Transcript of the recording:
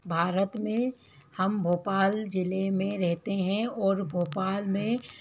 भारत में हम भोपाल जिले में रहते हैं और भोपाल में